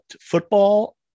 football